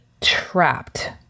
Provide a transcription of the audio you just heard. trapped